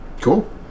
Cool